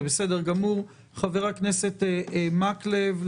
חבר הכנסת מקלב.